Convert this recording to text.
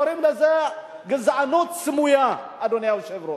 קוראים לזה גזענות סמויה, אדוני היושב-ראש.